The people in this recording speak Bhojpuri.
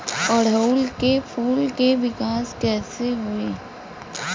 ओड़ुउल के फूल के विकास कैसे होई?